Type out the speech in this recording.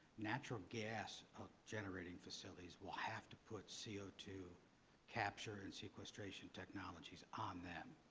natural gas generating facilities will have to put c o two capture and sequestration technologies on them.